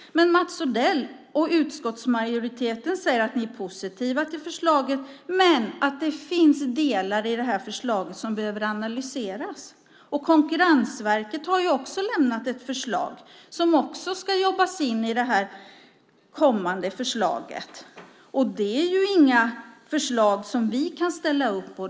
Mats Odell och utskottsmajoriteten säger att de är positiva till förslaget men att det finns delar i förslaget som behöver analyseras. Konkurrensverket har också lämnat ett förslag som ska jobbas in i det kommande förslaget. De förslag som de har lämnat är inga förslag som vi kan ställa upp på.